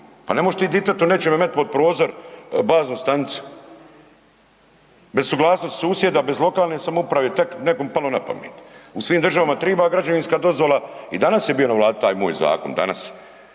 Pa ne možeš ti ditetu nečemu metnit pod prozor baznu stanicu bez suglasnosti susjeda, bez lokalne samouprave tako nekom palo na pamet. U svim državama triba građevinska dozvola. I danas je bio na Vladi taj moj zakon, danas,